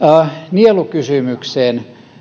nielukysymykseen